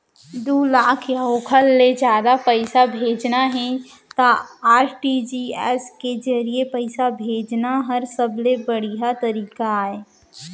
दू लाख या ओकर ले जादा पइसा भेजना हे त आर.टी.जी.एस के जरिए पइसा भेजना हर सबले बड़िहा तरीका अय